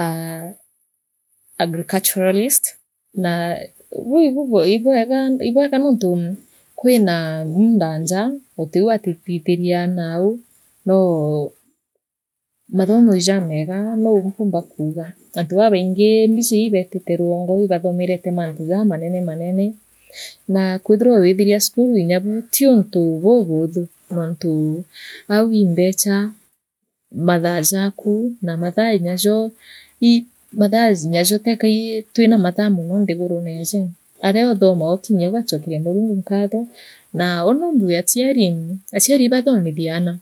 Aah agriculturalist aa ee buu ii bu ii bwega nontu kwira munda njaa gutiu atithithiria nau noo mathumo ijameega nou mpumba kuuga antu babaingi mbiji ibeetite rwongo wii batho. erete mantu jamanene manene naa kwithira withiria cukuru nyabu tiuntu buubuthu nontuu ai imbecha mathaa jaku na mathaa inyajo ii na mathaa nyajo teka ii twina mathaa nyajo nthiguruneeji aria oothoma waatinya ugachokeria Murungu nkatho naa uuni noumbuge achiari iibathomithie ana